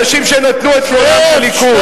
הם רצו להיות בקדימה.